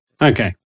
Okay